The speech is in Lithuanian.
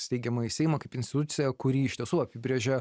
steigiamąjį seimą kaip instituciją kuri iš tiesų apibrėžia